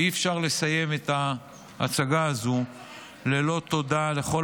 ואי-אפשר לסיים את ההצגה הזו ללא תודה לכל